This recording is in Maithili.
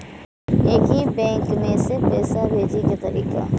एक ही बैंक मे पैसा भेजे के तरीका?